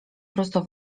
prosto